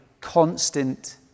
constant